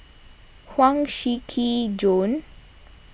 Huang Shiqi Joan